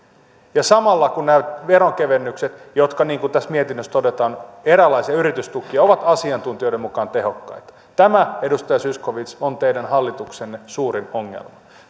samalla kun nämä veronkevennykset jotka niin kuin tässä mietinnössä todetaan ovat eräänlaisia yritystukia ovat asiantuntijoiden mukaan tehottomia tämä edustaja zyskowicz on teidän hallituksenne suurin ongelma